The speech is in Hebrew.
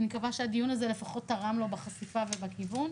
אני מקווה שהדיון הזה לפחות תרם לו בחשיפה ובכיוון.